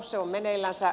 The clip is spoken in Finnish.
se on meneillänsä